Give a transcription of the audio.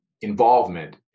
involvement